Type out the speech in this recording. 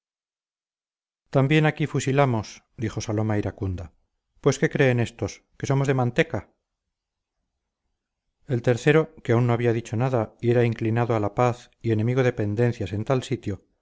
también aquí fusilamos dijo saloma iracunda pues qué creen estos que somos de manteca el tercero que aún no había dicho nada y era inclinado a la paz y enemigo de pendencias en tal sitio